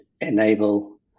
enable